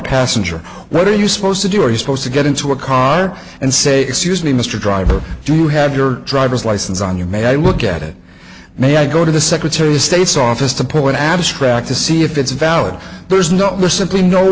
passenger what are you supposed to do are you supposed to get into a car and say excuse me mr driver do you have your driver's license on your may i look at it may i go to the secretary of state's office to point abstract to see if it's valid there's no simply no